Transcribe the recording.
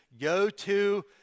go-to